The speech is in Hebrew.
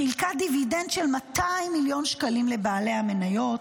חילקה דיבידנד של 200 מיליון שקלים לבעלי המניות,